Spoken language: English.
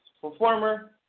performer